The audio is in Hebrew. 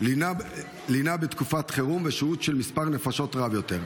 לינה בתקופת חירום ושהות של מספר נפשות רב יותר.